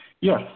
Yes